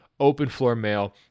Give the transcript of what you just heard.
openfloormail